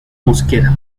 mosquera